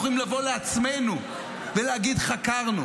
יכולים לבוא למשפחות ולהגיד להן: בדקנו.